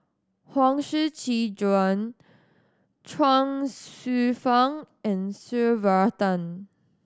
Huang Shiqi Joan Chuang Hsueh Fang and Varathan